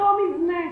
אותו מבנה,